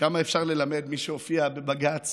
כמה אפשר ללמד מי שהופיע בבג"ץ